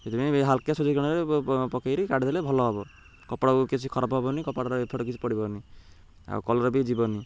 ସେଥିପାଇଁ ହାଲକା ସୂର୍ଯ୍ୟ କିରଣରେ ପକେଇକି କାଟିଦେଲେ ଭଲ ହବ କପଡ଼ା କିଛି ଖରାପ ହବନି କପଡ଼ା କିଛି ପଡ଼ିବନି ଆଉ କଲର୍ବି ଯିବନି